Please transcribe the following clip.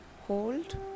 hold